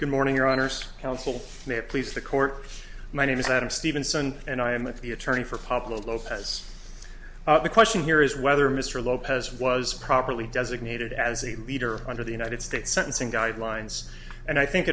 good morning your honour's counsel may please the court my name is adam stephenson and i am with the attorney for public lopez the question here is whether mr lopez was properly designated as a leader under the united states sentencing guidelines and i think